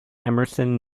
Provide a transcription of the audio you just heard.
emerson